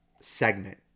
segment